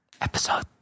Episode